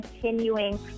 continuing